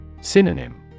Synonym